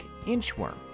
inchworm